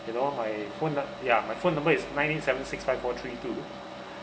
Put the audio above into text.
you know my phone nu~ ya my phone number is nine eight seven six five four three two